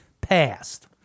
passed